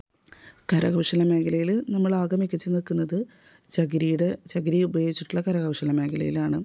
കരകൗശല മേഘലയിൽ നമ്മളാകെ മികച്ച് നിൽക്കുന്നത് ചകിരിയുടെ ചകിരി ഉപയോഗിച്ചിട്ടുള്ള കരകൗശല മേഘലയിലാണ്